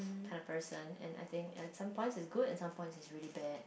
kind of person and I think and some points is good and some points is really bad